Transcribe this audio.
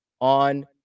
on